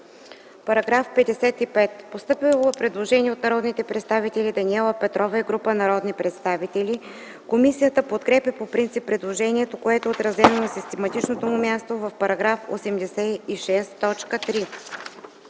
По § 55 е постъпило предложение от народните представители Даниела Петрова и група народни представители. Комисията подкрепя по принцип предложението, което е отразено на систематичното му място в § 86,